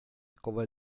come